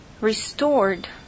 restored